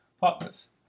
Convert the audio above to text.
partners